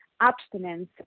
abstinence